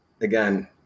again